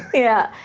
yeah,